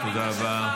זאת הקואליציה שלך?